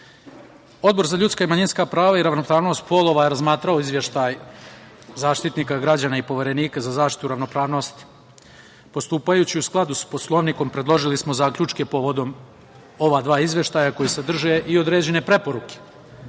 Odbor za ljudska i manjinska prava i ravnopravnost polova je razmatrao izveštaj Zaštitnika građana i Poverenika za zaštitu ravnopravnosti. Postupajući u skladu sa Poslovnikom, predložili smo zaključke povodom ova dva izveštaja koji sadrže i određene preporuke